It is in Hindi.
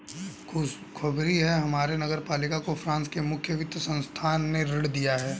खुशखबरी है हमारे नगर पालिका को फ्रांस के मुख्य वित्त संस्थान ने ऋण दिया है